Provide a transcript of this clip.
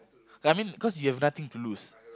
I mean cause you have nothing to lose